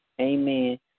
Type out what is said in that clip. Amen